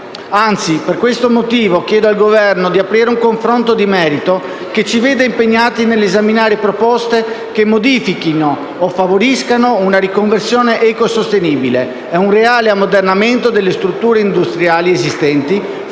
Anzi, per questo motivo chiedo al Governo di aprire un confronto di merito, che ci veda impegnati nell'esaminare proposte che modifichino o favoriscano una riconversione ecosostenibile e un reale ammodernamento delle strutture industriali esistenti, facendo